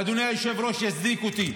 ואדוני היושב-ראש יצדיק אותי,